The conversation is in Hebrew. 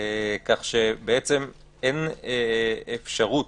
כך שאין אפשרות,